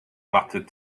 mattered